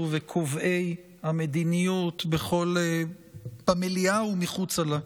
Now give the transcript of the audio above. וקובעי המדיניות בכל פמליא ומחוצה לה,